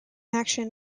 action